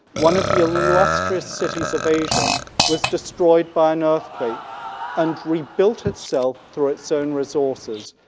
one of the illustrious cities of asia, was destroyed by an earthquake and rebuilt itself through its own resources,